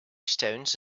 stones